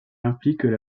impliquent